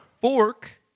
Fork